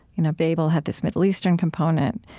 you know babel had this middle eastern component.